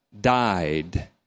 died